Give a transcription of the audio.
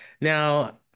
now